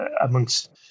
amongst